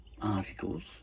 articles